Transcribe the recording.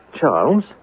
Charles